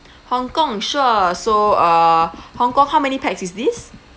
hong kong sure so uh hong kong how many pax is this